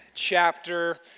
chapter